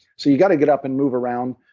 so you've got to get up and move around,